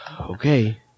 Okay